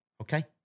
okay